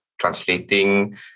translating